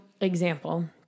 example